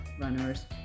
runners